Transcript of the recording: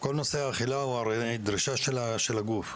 וכל נושא האכילה הוא הרי דרישה של הגוף,